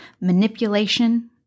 manipulation